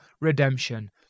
redemption